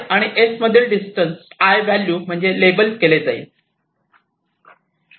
'i' आणि S मधील distance 'i' value म्हणून लेबल केले जाईल